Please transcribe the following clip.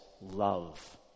love